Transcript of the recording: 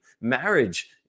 marriage